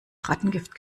rattengift